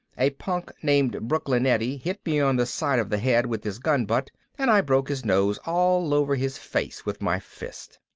a punk named brooklyn eddie hit me on the side of the head with his gunbutt and i broke his nose all over his face with my fist.